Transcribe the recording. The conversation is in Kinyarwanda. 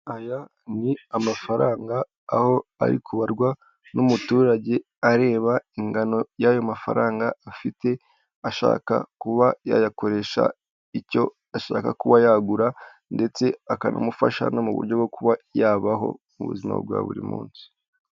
Aya ni amafaranga aho ari kubarwa n'umuturage areba ingano y'ayo mafaranga afite ashaka kuba yayakoresha icyo ashaka kuba yagura ndetse akanamufasha no mu buryo bwo kuba yabaho mu buzima bwa buri munsi.